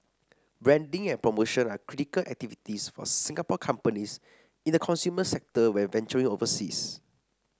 branding and promotion are critical activities for Singapore companies in the consumer sector when venturing overseas